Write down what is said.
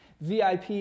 VIP